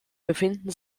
befinden